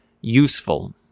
useful